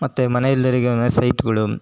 ಮತ್ತು ಮನೆಯೆಲ್ಲರಿಗುನ್ವೆ ಸೈಟ್ಗಳು